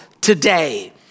today